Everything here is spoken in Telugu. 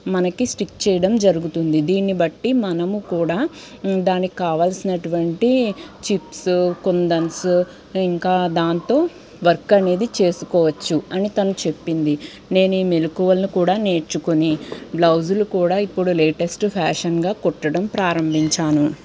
మనకి స్టిక్ చేయడం జరుగుతుంది దీనిబట్టి మనం కూడా దానికి కావాల్సినటువంటి చిప్స్ కుందన్స్ ఇంకా దాంతో వర్క్ అనేది చేసుకోవచ్చు అని తను చెప్పింది నేను ఈ మెలకువలను కూడా నేర్చుకొని బ్లౌజులు కూడా ఇప్పుడు లేటెస్ట్ ఫ్యాషన్గా కుట్టడం ప్రారంభించాను